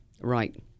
right